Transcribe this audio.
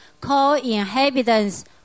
co-inhabitants